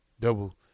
Double